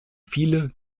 viele